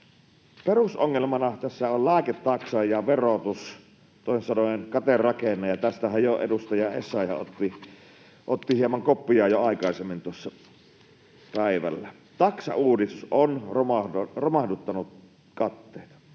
Perusongelmana tässä on lääketaksa ja verotus, toisin sanoen katerakenne, ja tästähän edustaja Essayah otti hieman koppia jo aikaisemmin päivällä. Taksauudistus on romahduttanut katteita.